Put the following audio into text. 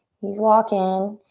he's walking.